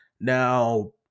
now